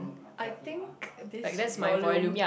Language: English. I think this volume